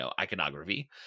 iconography